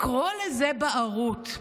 לקרוא לזה "בערות",